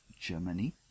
Germany